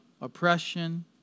oppression